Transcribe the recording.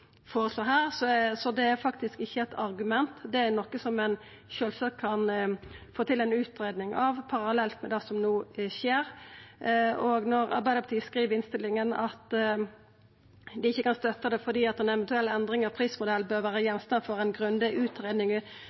her, så det er faktisk ikkje eit argument, men det er noko som ein sjølvsagt kan få til ei utgreiing av parallelt med det som no skjer. Når Arbeidarpartiet skriv i innstillinga at dei ikkje kan støtta det fordi ei eventuell endring av prismodellen bør vera gjenstand for ei grundig